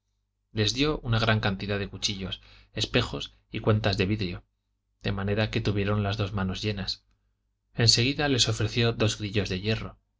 les dio una gran cantidad de cuchillos espejos y cuentas de vidrio de manera que tuvieron las dos manos llenas en seguida les ofreció dos grillos de hierro